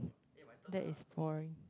that is boring